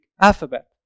alphabet